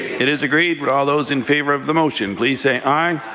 it is agreed. would all those in favour of the motion please say aye.